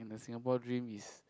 Singapore dream is